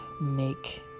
make